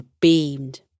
beamed